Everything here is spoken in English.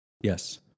Yes